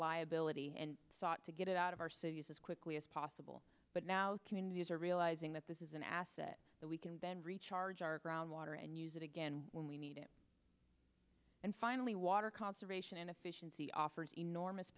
liability and sought to get it out of our cities as quickly as possible but now communities are realizing that this is an asset that we can bend recharge our groundwater and use it again when we need it and finally water conservation and efficiency offers enormous